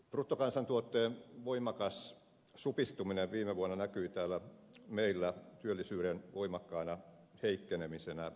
bruttokansantuotteen voimakas supistuminen viime vuonna näkyi täällä meillä työllisyyden voimakkaana heikkenemisenä